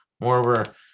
moreover